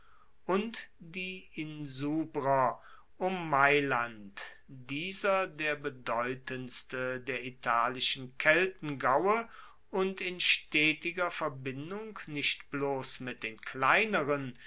und die insubrer um mailand dieser der bedeutendste der italischen keltengaue und in stetiger verbindung nicht bloss mit den kleineren